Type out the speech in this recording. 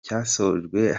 cyasojwe